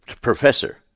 Professor